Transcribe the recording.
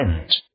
end